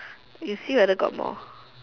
you see whether got more